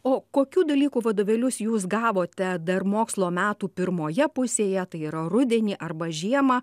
o kokių dalykų vadovėlius jūs gavote dar mokslo metų pirmoje pusėje tai yra rudenį arba žiemą